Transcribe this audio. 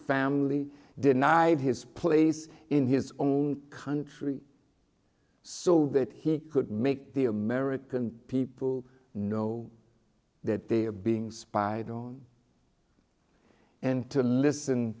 family denied his place in his own country so that he could make the american people know that they are being spied on and to listen